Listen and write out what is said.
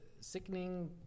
sickening